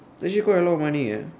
actually quite a lot of money eh